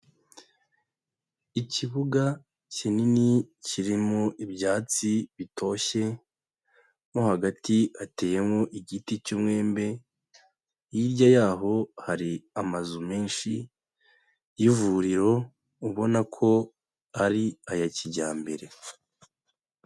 Ikibuga kinini kirimo ibyatsi bitoshye, nko hagati hateyemo igiti cy'umwembe, hirya yaho hari amazu menshi y'ivuriro ubona ko ari aya kijyambere.